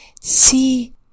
see